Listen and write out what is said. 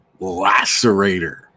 Lacerator